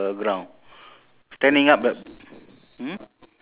so okay mine is ten already ah think should that should be it lah